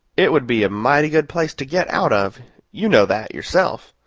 it would be a mighty good place to get out of you know that, yourself.